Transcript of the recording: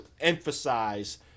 emphasize